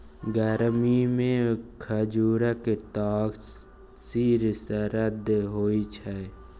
गरमीमे खजुरक तासीर सरद होए छै